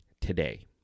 today